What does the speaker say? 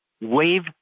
wave